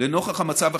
לנוכח המצב החדש,